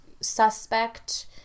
suspect